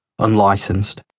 unlicensed